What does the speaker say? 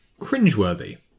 cringeworthy